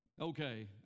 Okay